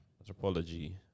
Anthropology